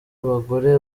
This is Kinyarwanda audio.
abagore